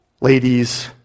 ladies